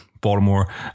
Baltimore